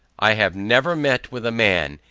i have never met with a man,